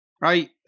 right